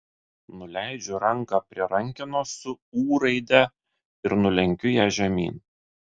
nuleidžiu ranką prie rankenos su ū raide ir nulenkiu ją žemyn